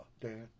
dan